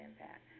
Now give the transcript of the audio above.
impact